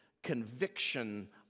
conviction